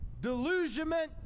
Delusionment